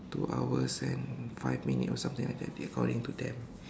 two hours and five minute or something like that they according to them